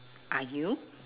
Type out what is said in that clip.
are you